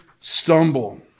stumble